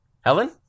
Helen